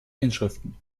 inschriften